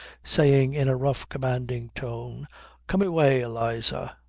saying in a rough commanding tone come away, eliza.